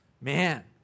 Man